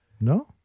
no